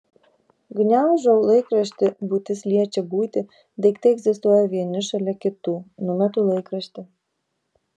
gniaužau laikraštį būtis liečia būtį daiktai egzistuoja vieni šalia kitų numetu laikraštį